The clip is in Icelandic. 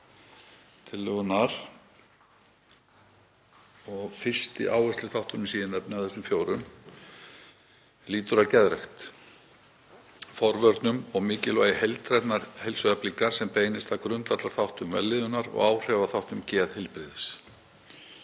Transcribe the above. tillögunnar. Fyrsti áhersluþátturinn sem ég nefni af þessum fjórum lýtur að geðrækt, forvörnum og mikilvægi heildrænnar heilsueflingar sem beinist að grundvallarþáttum vellíðunar og áhrifaþáttum geðheilbrigðis.